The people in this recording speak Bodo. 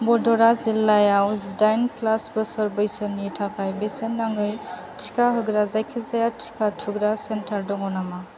वड'दरा जिल्लायाव जिदाइन प्लास बोसोर बैसोनि थाखाय बेसेन नाङि टिका होग्रा जायखिजाया टिका थुग्रा सेन्टार दङ नामा